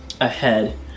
ahead